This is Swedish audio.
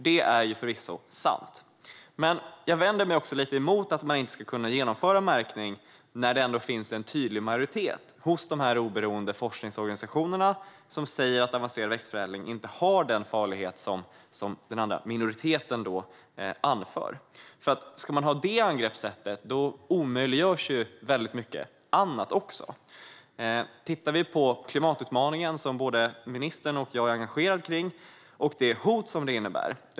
Detta är förvisso sant, men jag vänder mig lite emot att man inte ska kunna genomföra märkning när en tydlig majoritet bland de oberoende forskningsorganisationerna säger att avancerad växtförädling inte är så farlig som minoriteten anför. Ska man ha det angreppssättet omöjliggörs ju väldigt mycket annat också. Vi kan titta på klimatutmaningen, som både ministern och jag är engagerade i, och det hot den innebär.